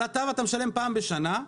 על התו אתה משלם פעם בשנה.